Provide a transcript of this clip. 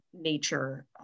nature